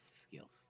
skills